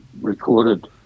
recorded